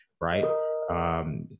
right